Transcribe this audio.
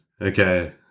Okay